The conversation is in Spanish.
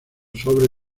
sobre